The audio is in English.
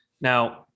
Now